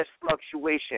fluctuation